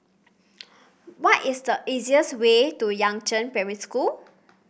what is the easiest way to Yangzheng Primary School